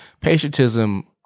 patriotism